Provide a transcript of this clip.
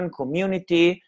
community